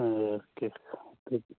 ꯑꯥ okay